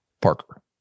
Parker